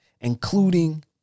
including